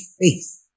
faith